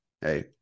hey